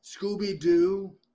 Scooby-Doo